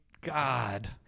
God